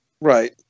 Right